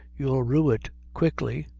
you'll rue it quickly